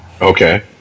okay